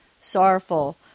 sorrowful